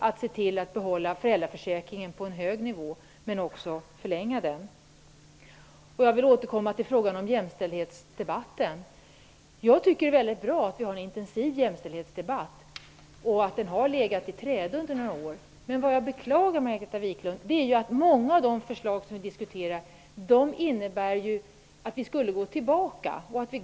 Vi vill behålla föräldraförsäkringen på en hög nivå och förlänga den. Jag vill återkomma till frågan om jämställdhetsdebatten. Jag tycker att det är mycket bra att vi har en intensiv jämställdhetsdebatt och att den har legat i träda under några år. Vad jag beklagar är, Margareta Viklund, att många av de förslag som vi diskuterar innebär att vi går bakåt.